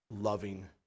loving